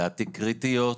לדעתי קריטיות,